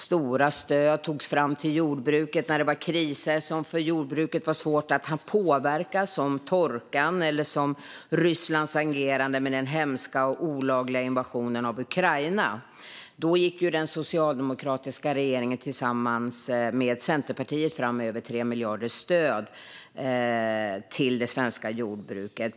Stora stöd togs fram till jordbruket när det var kriser som för jordbruket var svåra att påverka, såsom torkan och Rysslands agerande med den hemska och olagliga invasionen av Ukraina. Då gick den socialdemokratiska regeringen tillsammans med Centerpartiet fram med över 3 miljarder i stöd till det svenska jordbruket.